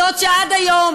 זאת שעד היום